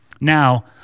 Now